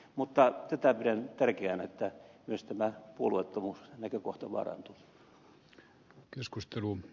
mutta tätä pidän tärkeänä että myös tämä puolueettomuusnäkökohta vaarantuu